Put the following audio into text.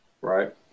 Right